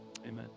amen